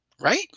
Right